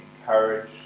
encourage